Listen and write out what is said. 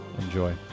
Enjoy